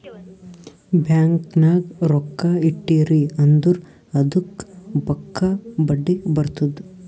bank ನಾಗ್ ರೊಕ್ಕಾ ಇಟ್ಟಿರಿ ಅಂದುರ್ ಅದ್ದುಕ್ ಪಕ್ಕಾ ಬಡ್ಡಿ ಬರ್ತುದ್